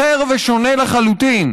אחר ושונה לחלוטין.